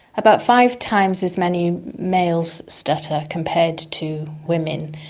about five times as many males stutter compared to women.